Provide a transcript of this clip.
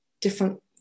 different